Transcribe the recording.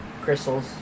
crystals